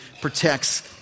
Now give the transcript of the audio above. protects